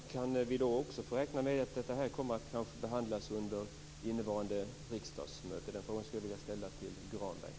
Fru talman! Kan vi då också räkna med att detta kommer att behandlas under innevarande riksmöte? Jag skulle vilja ställa den frågan till Granberg.